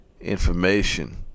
information